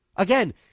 Again